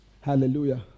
Hallelujah